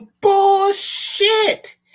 Bullshit